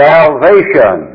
Salvation